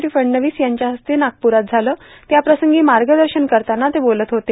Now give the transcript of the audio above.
देवेंद्र फडणवीस यांच्या हस्ते नागप्ररात झालं त्याप्रसंगी मार्गदर्शन करताना ते बोलत होते